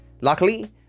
luckily